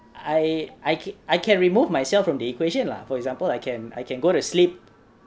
I I c~ I can remove myself from the equation lah for example I can I can go to sleep